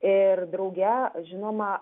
ir drauge žinoma